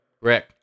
Rick